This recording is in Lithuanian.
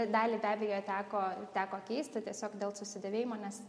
dalį be abejo teko teko keisti tiesiog dėl susidėvėjimo nes